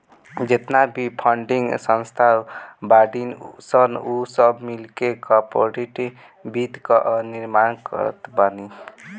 जेतना भी फंडिंग संस्था बाड़ीन सन उ सब मिलके कार्पोरेट वित्त कअ निर्माण करत बानी